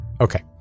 Okay